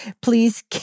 Please